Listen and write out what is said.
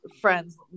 friends